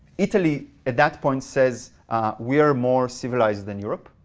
italy at that point says we are more civilized than europe.